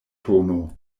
tono